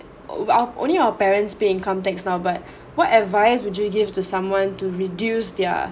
oh I only our parents pay income tax now but what advice would you give to someone to reduce their